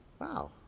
wow